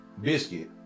Biscuit